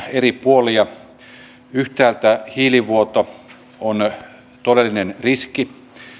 eri puolia yhtäältä hiilivuoto on todellinen riski